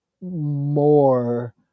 more